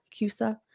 CUSA